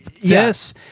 Yes